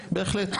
בהחלט.